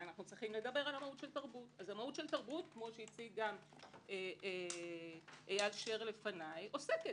כפי שהציג גם איל שר לפניי, היא עוסקת